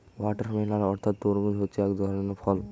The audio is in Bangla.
ওয়াটারমেলান অর্থাৎ তরমুজ হচ্ছে এক ধরনের ফল